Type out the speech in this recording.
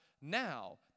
Now